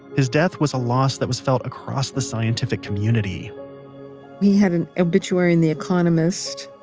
his death was a loss that was felt across the scientific community he had an obituary in the economist,